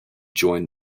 joined